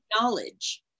knowledge